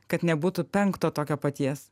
kad nebūtų penkto tokio paties